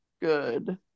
good